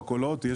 למכולות.